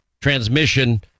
transmission